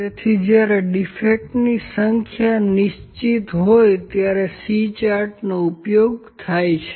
તેથી જ્યારે ડીફેક્ટની સંખ્યા નિશ્ચિત હોય ત્યારે C ચાર્ટનો ઉપયોગ થાય છે